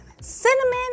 cinnamon